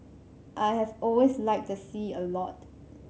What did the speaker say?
I have always liked the sea a lot